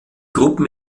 gruppen